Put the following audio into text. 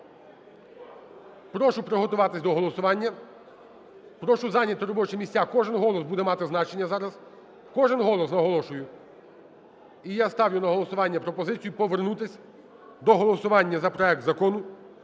Прошу приготуватися до голосування, прошу зайняти робочі місця. Кожен голос буде мати значення зараз, кожен голос, наголошую. І я ставлю на голосування пропозицію повернутися до голосування за проект Закону